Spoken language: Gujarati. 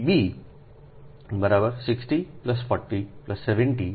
FDB 60 40 70 30160 1